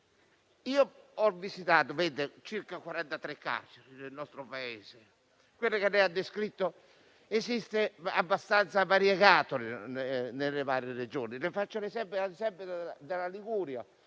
Ho visitato circa 43 carceri del nostro Paese. Quello che ha descritto esiste in maniera abbastanza variegata nelle varie Regioni. Le porto l'esempio della Liguria,